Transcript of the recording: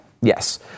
Yes